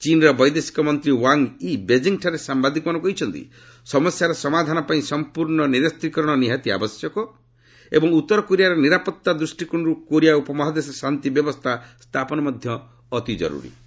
ଚୀନ୍ର ବୈଦେଶିକ ମନ୍ତ୍ରୀ ୱାଙ୍ଗ୍ ଇ ବେଞ୍ଜିଠାରେ ସାମ୍ବାଦିକମାନଙ୍କୁ କହିଛନ୍ତି ସମସ୍ୟାର ସମାଧାନ ପାଇଁ ସମ୍ପୂର୍ଣ୍ଣ ନିରସ୍ତ୍ରୀକରଣ ନିହାତି ଆବଶ୍ୟକ ଏବଂ ଉତ୍ତର କୋରିଆର ନିରାପତ୍ତା ଦୃଷ୍ଟିକୋଣରୁ କୋରିଆ ଉପମହାଦେଶରେ ଶାନ୍ତି ବ୍ୟବସ୍ଥା ସ୍ଥାପନ ମଧ୍ୟ ଆବଶ୍ୟକ